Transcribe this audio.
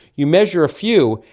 you measure a few,